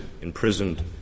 imprisoned